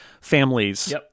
families